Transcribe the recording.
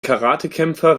karatekämpfer